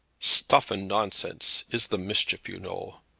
stuff and nonsense is the mischief, you know.